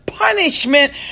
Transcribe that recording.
punishment